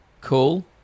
Cool